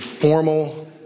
formal